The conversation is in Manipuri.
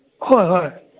ꯍꯣꯏ ꯍꯣꯏ